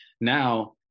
now